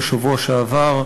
בשבוע שעבר,